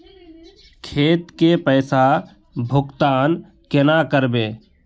खेत के पैसा भुगतान केना करबे?